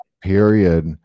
period